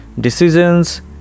Decisions